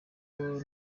kuko